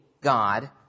God